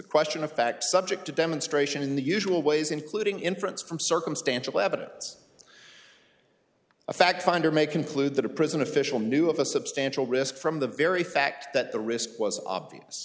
question of fact subject to demonstration in the usual ways including inference from circumstantial evidence a fact finder may conclude that a prison official knew of a substantial risk from the very fact that the risk was obvious